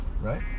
right